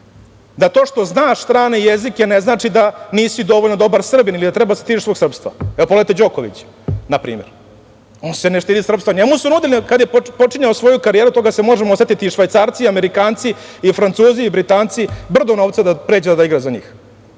Da to što znaš strane jezike ne znači da nisi dovoljno dobar Srbin ili da treba da se stidiš svog srpstva. Evo, pogledajte Đokovića, na primer. On se ne stidi srpstva. Njemu su nudili kada je počinjao svoju karijeru, toga se možemo setiti, i Švajcarci, i Amerikanci, i Francuzi i Britanci, brdo novca da pređe da igra za njih,